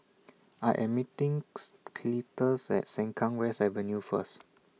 I Am meeting Cletus At Sengkang West Avenue First